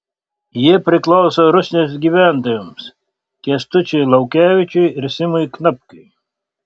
jie priklauso rusnės gyventojams kęstučiui laukevičiui ir simui knapkiui